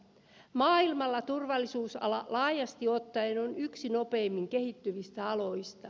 maailmalla turvallisuusala laajasti ottaen on yksi nopeimmin kehittyvistä aloista